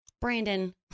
Brandon